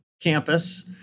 campus